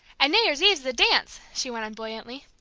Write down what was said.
and new year's eve's the dance! she went on buoyantly.